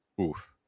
Oof